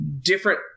different